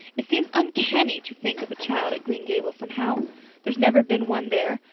it seems uncanny to think of a child at green gables somehow there's never been one there,